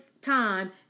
time